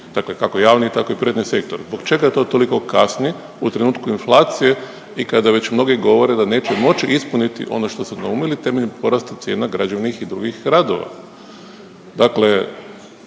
kako javni tako i privatni sektor, zbog čega to toliko kasni u trenutku inflacije i kada već mnogi govore da neće moć ispuniti ono što su naumili temeljem porasta cijena građevnih i drugih radova, dakle